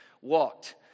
walked